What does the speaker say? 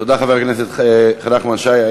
תודה, חבר הכנסת נחמן שי.